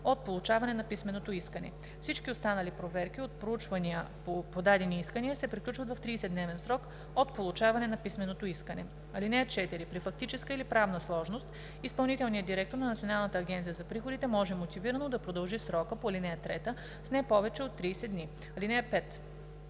от получаване на писменото искане. Всички останали проверки и проучвания по подадени искания се приключват в 30-дневен срок от получаване на писменото искане. (4) При фактическа или правна сложност изпълнителният директор на Националната агенция за приходите може мотивирано да продължи срока по ал. 3 с не повече от 30 дни. (5)